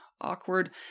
awkward